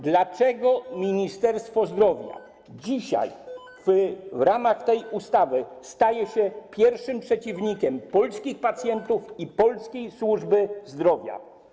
Dlaczego Ministerstwo Zdrowia dzisiaj w ramach tej ustawy staje się pierwszym przeciwnikiem polskich pacjentów i polskiej służby zdrowia?